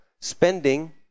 spending